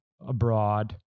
abroad